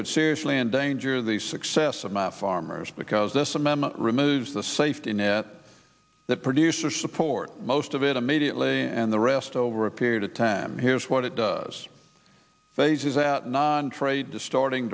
would seriously endanger the success of my farmers because this amendment removes the safety net that producers support most of it immediately and the rest over a period of time here's what it does phases that non trade distorting